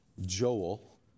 Joel